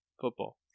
football